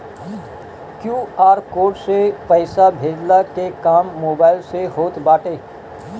QR code से पईसा भेजला के काम मोबाइल से होत बाटे